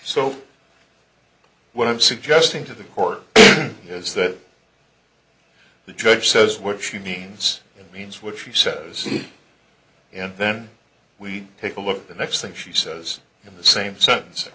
so what i'm suggesting to the court is that the judge says what she means and means what she says and then we take a look at the next thing she says in the same sentence